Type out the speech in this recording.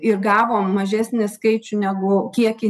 ir gavom mažesnį skaičių negu kiekį